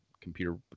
computer